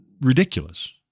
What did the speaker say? ridiculous